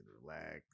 relax